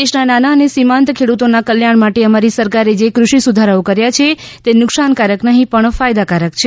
દેશના નાના અને સિમાંત ખેડૂતોના કલ્યાણ માટે અમારી સરકારે જે કૃષિ સુધારાઓ કર્યા છે તે નુકશાનકારક નહી પણ ફાયદાકારક છે